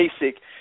basic